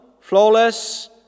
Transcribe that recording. flawless